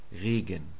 regen